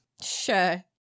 Sure